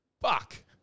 fuck